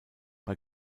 bei